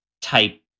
type